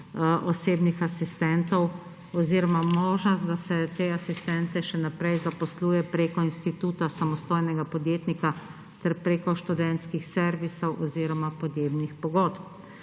osebnih asistentov oziroma možnost, da se te asistente še naprej zaposluje preko instituta samostojnega podjetnika ter preko študentskih servisov oziroma podjemnih pogodb.